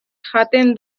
jaten